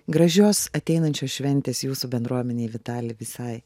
gražios ateinančios šventės jūsų bendruomenei vitali visai